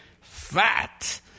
fat